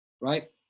Right